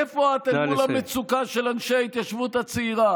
איפה את אל מול המצוקה של אנשי ההתיישבות הצעירה?